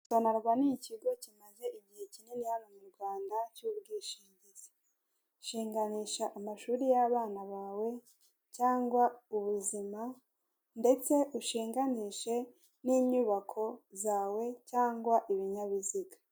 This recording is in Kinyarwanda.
SONARWA ni ikigo kimaze igihe kinini hano mu Rwanda cy’ubwishingizi, shinganisha amashuri y'abana bawe cyangwa ubuzima ndetse ushinganishe n'inyubako zawe cyangwa ibinyabiziga.